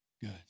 good